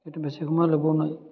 এইটো বেছি সময় ল'ব নোৱাৰি